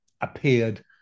appeared